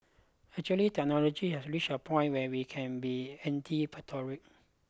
actually technology has reached a point where we can be anticipatory